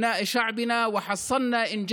ברצוני לפנות לציבור שלנו ולבני עמנו: